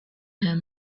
him